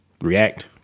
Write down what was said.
react